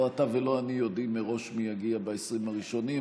אתה ולא אני יודעים מראש מי יגיע ב-20 הראשונים.